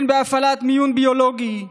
הן בהפעלת מיון ביולוגי,